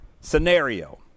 scenario